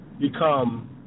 become –